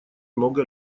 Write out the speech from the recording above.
много